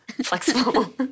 flexible